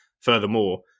Furthermore